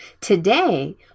Today